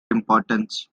importance